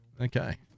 Okay